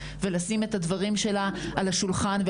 ולשים את הדברים שלה על השולחן,